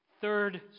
Third